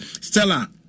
Stella